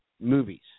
movies